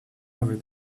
over